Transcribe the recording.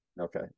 Okay